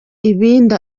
ibindi